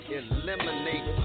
eliminate